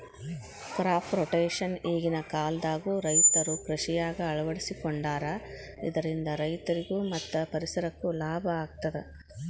crop rotation ಈಗಿನ ಕಾಲದಾಗು ರೈತರು ಕೃಷಿಯಾಗ ಅಳವಡಿಸಿಕೊಂಡಾರ ಇದರಿಂದ ರೈತರಿಗೂ ಮತ್ತ ಪರಿಸರಕ್ಕೂ ಲಾಭ ಆಗತದ